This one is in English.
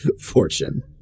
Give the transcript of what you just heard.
fortune